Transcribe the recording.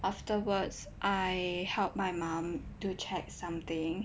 afterwards I helped my mum to check something